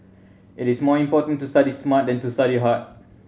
it is more important to study smart than to study hard